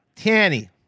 Tanny